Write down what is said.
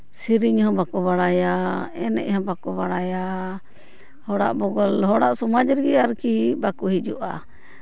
ᱥᱤᱨᱤᱧ ᱦᱚᱸ ᱵᱟᱠᱚ ᱵᱟᱲᱟᱭᱟ ᱮᱱᱮᱡ ᱦᱚᱸ ᱵᱟᱠᱚ ᱵᱟᱲᱟᱭᱟ ᱦᱚᱲᱟᱜ ᱵᱚᱜᱚᱞ ᱦᱚᱲᱟᱜ ᱥᱚᱢᱟᱡᱽ ᱨᱮᱜᱮ ᱟᱨᱠᱤ ᱵᱟᱠᱚ ᱦᱤᱡᱩᱜᱼᱟ